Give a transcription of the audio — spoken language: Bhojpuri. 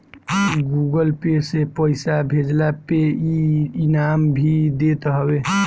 गूगल पे से पईसा भेजला पे इ इनाम भी देत हवे